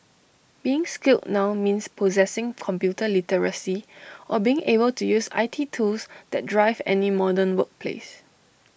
being skilled now means possessing computer literacy or being able to use I T tools that drive any modern workplace